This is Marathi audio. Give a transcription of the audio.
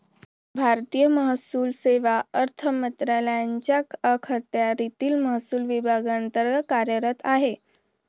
भारतीय महसूल सेवा अर्थ मंत्रालयाच्या अखत्यारीतील महसूल विभागांतर्गत कार्यरत आहे